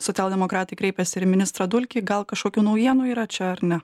socialdemokratai kreipėsi ir į ministrą dulkį gal kažkokių naujienų yra čia ar ne